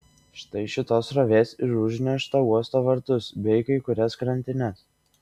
štai šitos srovės ir užneša uosto vartus bei kai kurias krantines